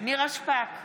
נירה שפק,